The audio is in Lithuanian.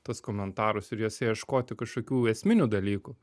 tuos komentarus ir juose ieškoti kažkokių esminių dalykų